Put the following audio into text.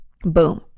Boom